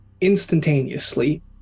instantaneously